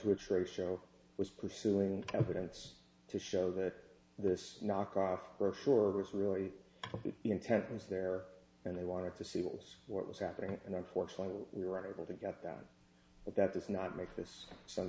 to a trade show was pursuing evidence to show that this knockoff brochure was really intense there and they wanted to see what was what was happening and unfortunately we were able to get that but that does not make this some